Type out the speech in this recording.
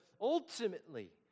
ultimately